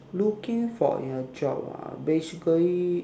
looking for in a job ah basically